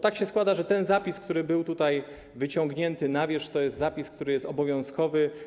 Tak się składa, że ten zapis, który był tutaj wyciągnięty na wierzch, to jest zapis, który jest obowiązkowy.